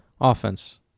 offense